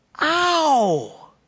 Ow